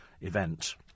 event